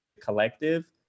collective